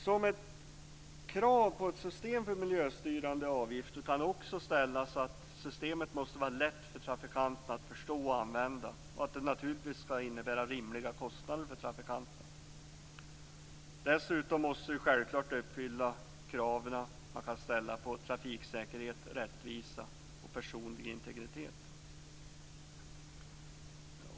Ett krav som kan ställas på ett system för miljöstyrande vägavgifter är att systemet måste vara lätt för trafikanterna att förstå och använda och att det naturligtvis skall innebära rimliga kostnader för trafikanterna. Dessutom måste det självklart uppfylla erforderliga krav på trafiksäkerhet, rättvisa och personlig integritet.